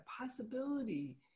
possibility